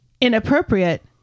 inappropriate